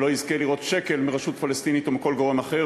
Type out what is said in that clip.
שלא יזכה לראות שקל מהרשות הפלסטינית או מכל גורם אחר,